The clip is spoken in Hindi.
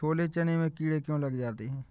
छोले चने में कीड़े क्यो लग जाते हैं?